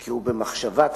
כי הוא במחשבה תחילה,